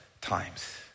times